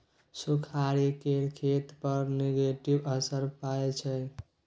सुखाड़ि केर खेती पर नेगेटिव असर परय छै